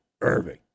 Irving